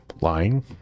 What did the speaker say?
lying